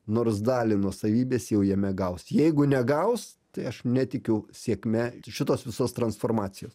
nors dalį nuosavybės jau jame gaus jeigu negaus tai aš netikiu sėkme šitos visos transformacijos